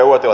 puhemies